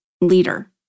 leader